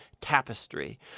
tapestry